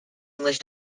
english